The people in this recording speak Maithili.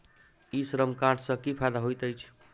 ई श्रम कार्ड सँ की फायदा होइत अछि?